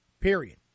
period